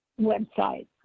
website